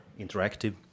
interactive